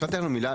אפשר מילה,